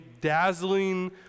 dazzling